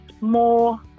more